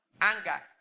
Anger